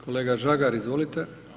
Kolega Žagar izvolite.